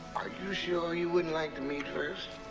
are you sure you wouldn't like to meet first?